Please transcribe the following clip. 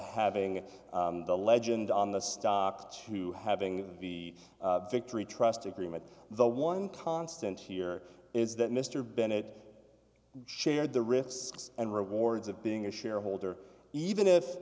having the legend on the stock to having the victory trust agreement the one constant here is that mr bennett shared the risks and rewards of being a shareholder even if